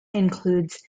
includes